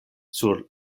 sur